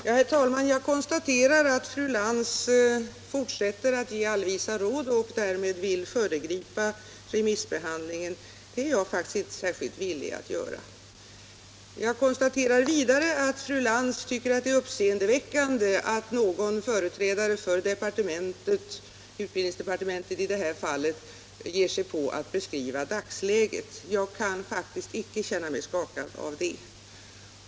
Herr talman! Jag konstaterar att fru Lantz fortsätter att ge allvisa råd och därmed vill föregripa remissbehandlingen. Det är jag faktiskt inte särskilt villig att göra. Jag konstaterar vidare att fru Lantz tycker att det är uppseendeväckande att en företrädare för utbildningsdepartementet tar sig före att beskriva dagsläget. Jag kan för min del icke känna mig skakad av det.